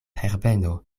herbeno